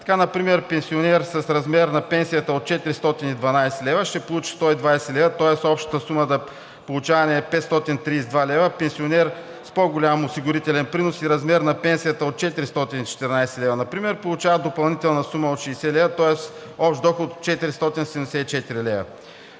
Така например пенсионер с размер на пенсията от 412 лв. ще получи 120 лв., тоест общата сума за получаване е 532 лв. Пенсионер с по-голям осигурителен принос и размер на пенсията от 414 лв. например, получава допълнителна сума от 60 лв., тоест общ доход от 474 лв.